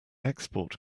export